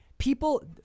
People